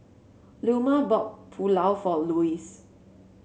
Leoma bought Pulao for Lois